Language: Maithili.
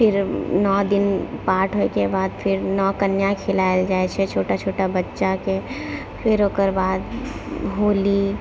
फिर नओ दिन पाठ होइके बाद फिर नओ कन्या खिलाएल जाइ छै छोटा छोटा बच्चाके फिर ओकर बाद होली